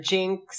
Jinx